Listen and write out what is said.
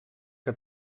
que